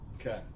okay